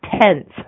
tense